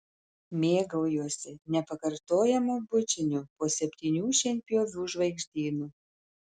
mėgaujuosi nepakartojamu bučiniu po septynių šienpjovių žvaigždynu